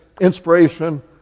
inspiration